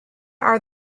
are